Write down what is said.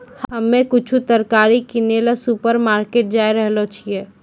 हम्मे कुछु तरकारी किनै ल ऊपर मार्केट जाय रहलो छियै